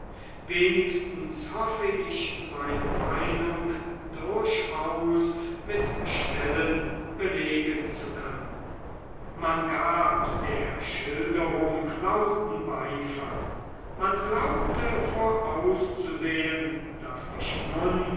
wenigstens hoffe ich meine meinung durchaus mit stellen belegen zu können man gab der schilderung lauten beifall man glaubte vorauszusehen daß sich nun